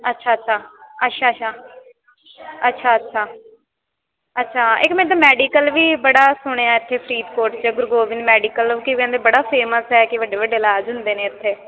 ਅੱਛਾ ਅੱਛਾ ਅੱਛਾ ਅੱਛਾ ਅੱਛਾ ਅੱਛਾ ਅੱਛਾ ਇੱਕ ਮੈਂ ਤਾਂ ਮੈਡੀਕਲ ਵੀ ਬੜਾ ਸੁਣਿਆ ਇੱਥੇ ਫਰੀਦਕੋਟ 'ਚ ਗੁਰੂ ਗੋਬਿੰਦ ਮੈਡੀਕਲ ਲੋਕ ਕਹਿੰਦੇ ਬੜਾ ਫੇਮਸ ਹੈ ਕਿ ਵੱਡੇ ਵੱਡੇ ਇਲਾਜ ਹੁੰਦੇ ਨੇ ਇੱਥੇ